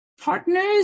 partners